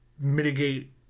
mitigate